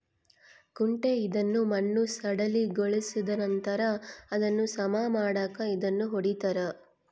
ಕುಂಟೆ ಇದನ್ನು ಮಣ್ಣು ಸಡಿಲಗೊಳಿಸಿದನಂತರ ಅದನ್ನು ಸಮ ಮಾಡಾಕ ಇದನ್ನು ಹೊಡಿತಾರ